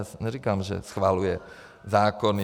Já neříkám, že schvaluje zákony.